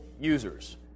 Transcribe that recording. users